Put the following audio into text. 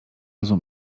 rozu